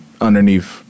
Underneath